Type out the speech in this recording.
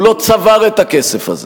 הוא לא צבר את הכסף הזה.